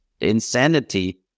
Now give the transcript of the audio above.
insanity